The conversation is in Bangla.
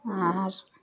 আর